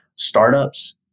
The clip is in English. Startups